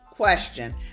question